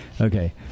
okay